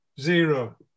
zero